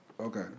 Okay